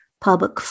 public